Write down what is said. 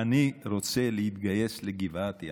אני רוצה להתגייס לגבעתי.